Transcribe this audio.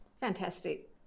Fantastic